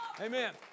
Amen